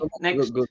next